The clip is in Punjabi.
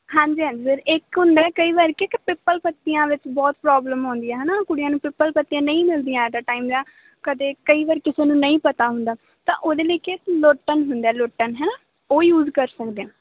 ਹਾਂਜੀ ਹਾਂਜੀ ਸਰ ਇੱਕ ਹੁੰਦਾ ਕਈ ਵਾਰ ਕਿ ਇੱਕ ਪਿੱਪਲ ਪੱਤੀਆਂ ਵਿੱਚ ਬਹੁਤ ਪ੍ਰੋਬਲਮ ਆਉਂਦੀ ਹੈ ਹੈ ਨਾ ਕੁੜੀਆਂ ਨੂੰ ਪਿੱਪਲ ਪੱਤੀਆਂ ਨਹੀਂ ਮਿਲਦੀਆਂ ਐਟ ਆ ਟਾਈਮ ਜਾਂ ਕਦੇ ਕਈ ਵਾਰ ਕਿਸੇ ਨੂੰ ਨਹੀਂ ਪਤਾ ਹੁੰਦਾ ਤਾਂ ਉਹਦੇ ਲਈ ਕੀ ਇੱਕ ਲੋਟਨ ਹੁੰਦਾ ਲੋਟਨ ਹੈ ਨਾ ਉਹ ਯੂਜ ਕਰ ਸਕਦੇ ਆ